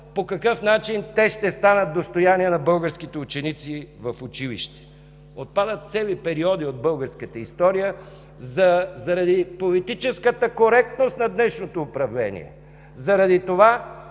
по какъв начин те ще станат достояние на българските ученици в училище. Отпадат цели периоди от българската история заради политическата коректност на днешното управление, заради това,